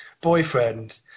boyfriend